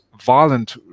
violent